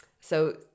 so-